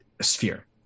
sphere